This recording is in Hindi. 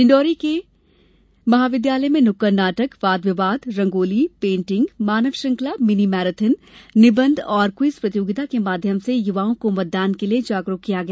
डिडौरी के मेकलसुता महाविद्यालय में नुक्कड़ नाटक वाद विवाद रंगौली पेटिंग मानवश्रखंला मिनी मैराथन निबंध और क्विज प्रतियोगिताओं के माध्यम से युवाओं को मतदान के लिये जागरूक किया गया